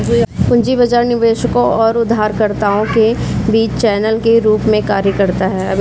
पूंजी बाजार निवेशकों और उधारकर्ताओं के बीच चैनल के रूप में कार्य करता है